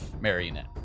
marionette